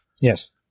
Yes